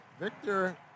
Victor